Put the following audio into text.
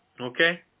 Okay